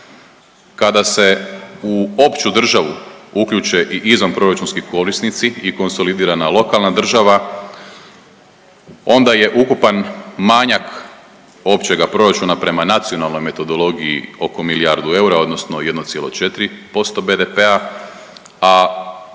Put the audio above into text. Kada se u opću državu uključe i izvanproračunski korisnici i konsolidirana lokalna država, onda je ukupan manjak općega proračuna prema nacionalnoj metodologiji oko milijardu eura odnosno 1,4% BDP-a, a